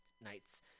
nights